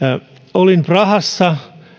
olin prahassa